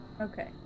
Okay